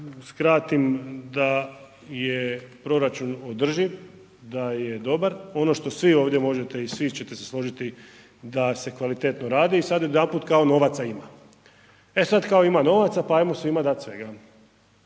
skratim da je proračun održiv, da je dobar, ono što svi ovdje možete i svi ćete se složiti da se kvalitetno radi i sad odjedanput kao novaca ima. E sad kao ima novaca pa hajmo svima dat svega.